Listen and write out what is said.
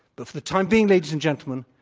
but for the time being, ladies and gentlemen,